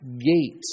gate